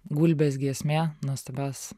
gulbės giesmė nuostabios